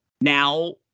now